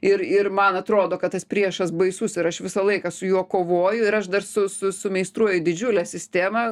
ir ir man atrodo kad tas priešas baisus ir aš visą laiką su juo kovoju ir aš dar su su su meistruoju didžiulę sistemą